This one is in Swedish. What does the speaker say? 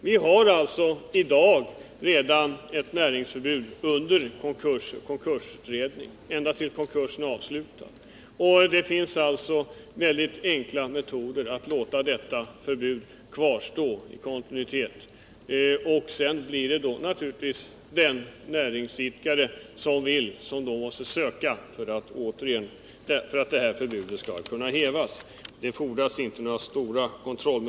Redan i dag har vi alltså ett näringsförbud som gäller ända tills konkursen är avslutad. Man kan därför använda mycket enkla metoder för att låta förbudet kvarstå. Sedan måste givetvis den näringsidkare som så vill ansöka om att få förbudet upphävt. Det fordras alltså inte någon större kontroll.